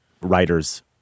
writers